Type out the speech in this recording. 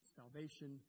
salvation